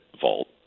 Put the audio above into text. vault